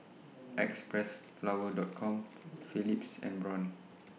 Xpressflower Dot Com Philips and Braun